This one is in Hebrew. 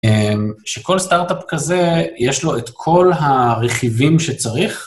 שכל סטארט-אפ כזה יש לו את כל הרכיבים שצריך.